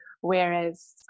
whereas